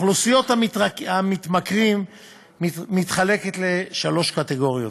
אוכלוסיית המתמכרים מתחלקת לשלוש קטגוריות: